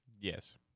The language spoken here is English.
Yes